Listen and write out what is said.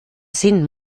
sinn